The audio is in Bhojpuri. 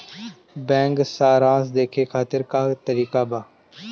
बैंक सराश देखे खातिर का का तरीका बा?